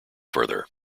further